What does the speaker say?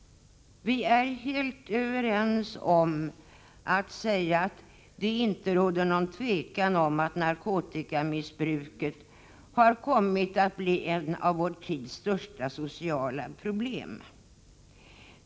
Vi är ju helt överens om att narkotikamissbruket otvivelaktigt har kommit att bli ett av vår tids största sociala problem.